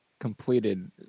completed